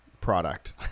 product